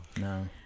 no